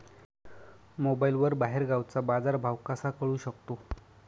मोबाईलवर बाहेरगावचा बाजारभाव कसा कळू शकतो?